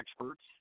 experts